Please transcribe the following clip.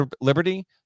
Liberty